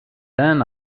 then